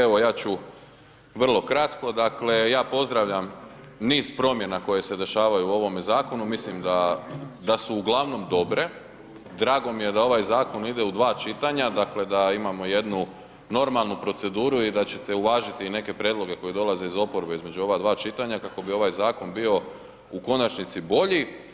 Evo ja ću vrlo kratko, dakle, ja pozdravljam niz promjena koje se dešavaju u ovome zakonu, mislim da da su uglavnom dobre, drago mi je da ovaj zakon ide u dva čitanja, dakle, da imamo jednu normalnu proceduru i da ćete uvažiti i neke prijedloge koji dolaze od oporbe između ova dva čitanja kako bi ovaj zakon bio u konačnici bolji.